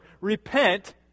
Repent